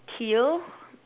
teal